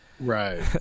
Right